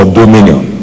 dominion